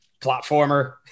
platformer